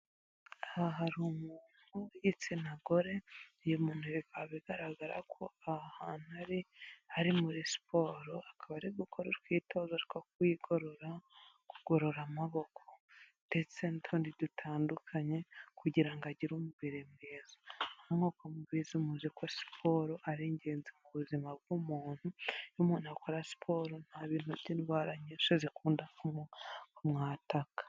Aha hari umuntu w'igitsina gore uyu umuntu bikaba bigaragara ko ahantu ari ; ari muri siporo akaba ari gukora utwitozo two kwigoro, kugorora amaboko ndetse n'utundi dutandukanye kugira ngo agire umubirire mwiza. Nk'uko mubizi muzi ko siporo ari ingenzi mu buzima bw'umuntu iyo umuntu akora siporo nta bintu by'indwara nyinshi zikunda kumwataka.